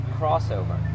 crossover